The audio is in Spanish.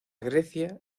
grecia